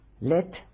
let